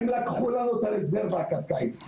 הם לקחו לנו את הרזרבה הקרקעית,